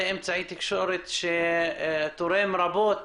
זה אמצעי תקשורת שתורם רבות